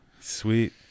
Sweet